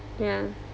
ya